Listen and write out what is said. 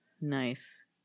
Nice